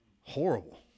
horrible